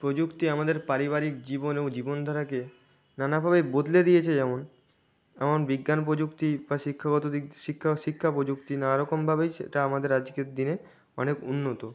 প্রযুক্তি আমাদের পারিবারিক জীবন ও জীবনধারাকে নানাভাবেই বদলে দিয়েছে যেমন এমন বিজ্ঞান প্রযুক্তি বা শিক্ষাগত দিক শিক্ষা শিক্ষা প্রযুক্তি নানা রকমভাবেই সেটা আমাদের আজকের দিনে অনেক উন্নত